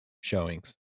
showings